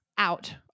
out